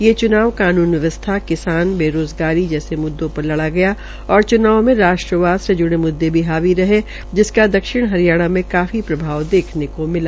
ये च्नाव कानून व्यवस्था किसान बेराज़गारी जैसे म्दद पर लड़ा गया और च्नाव में राष्ट्रवाद से ज्ड़े मुदे भी हावी रहे जिसाक दक्षिण हरियाणा में काफी प्रभाव देखने क मिला